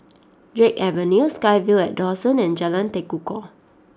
Drake Avenue SkyVille at Dawson and Jalan Tekukor